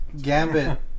Gambit